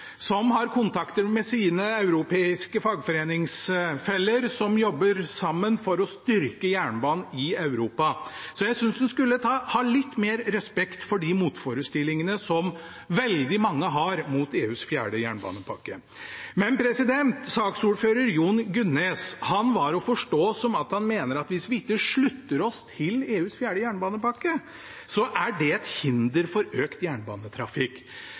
som har kontakt med sine europeiske fagforeningsfeller som jobber sammen for å styrke jernbanen i Europa. Så jeg synes en skulle ha litt mer respekt for de motforestillingene som veldig mange har mot EUs fjerde jernbanepakke. Saksordfører Jon Gunnes var å forstå slik at han mener at hvis vi ikke slutter oss til EUs fjerde jernbanepakke, er det et hinder for økt jernbanetrafikk.